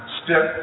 step